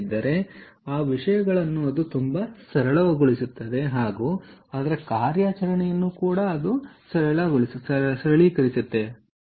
ಆದ್ದರಿಂದ ಅದು ವಿಷಯಗಳನ್ನು ಹೆಚ್ಚು ಸರಳಗೊಳಿಸುತ್ತದೆ ಮತ್ತು ಕಾರ್ಯಾಚರಣೆಯನ್ನು ಸಹ ನಾವು ಸರಳೀಕರಿಸುತ್ತೇವೆ